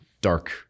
dark